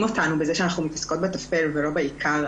אותנו בזה שאנחנו מתעסקות בתפל ולא בעיקר.